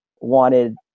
wanted